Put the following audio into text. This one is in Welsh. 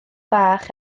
bach